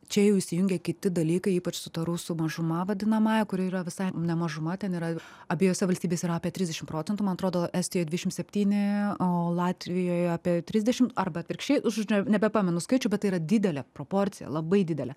čia jau įsijungia kiti dalykai ypač su ta rusų mažuma vadinamąja kuri yra visai ne mažuma ten yra abiejose valstybėse yra apie trisdešim procentų man atrodo estijoj dvidešim septyni o latvijoj apie trisdešimt arba atvirkščiai žodžiu nebepamenu skaičių bet tai yra didelė proporcija labai didelė